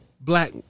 Black